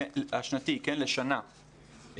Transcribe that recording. לשנה,